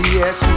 yes